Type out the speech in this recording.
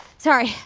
sorry.